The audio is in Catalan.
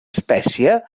espècie